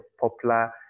popular